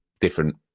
different